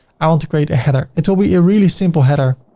i want to create a header. it will be a really simple header.